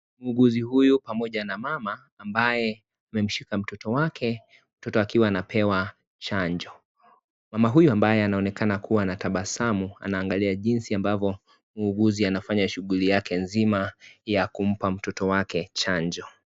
Muuguzi huyu pamoja na mama ambaye amemshika mtoto wake, mtoto akiwa anapewa chanjo. Mama huyu ambaye anaonekana kuwa anatabasamu anaangalia jinsi ambavyo muuguzi anafanya shughuli yake nzima ya kumpa mtoto wake chanjo.